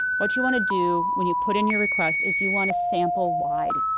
what you want to do when you put in your request is you want to sample wide.